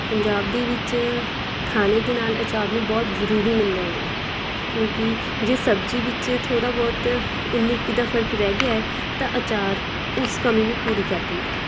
ਪੰਜਾਬ ਦੇ ਵਿੱਚ ਖਾਣੇ ਦੇ ਨਾਲ ਅਚਾਰ ਨੂੰ ਬਹੁਤ ਜ਼ਰੂਰੀ ਮੰਨਿਆ ਗਿਆ ਕਿਉਂਕਿ ਜੇ ਸਬਜ਼ੀ ਵਿੱਚ ਥੋੜ੍ਹਾ ਬਹੁਤ ਉਨੀ ਇੱਕੀ ਦਾ ਫਰਕ ਰਹਿ ਗਿਆ ਤਾਂ ਅਚਾਰ ਉਸ ਕਮੀ ਨੂੰ ਪੂਰਾ ਕਰ ਦਿੰਦਾ